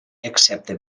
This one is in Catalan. excepte